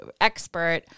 expert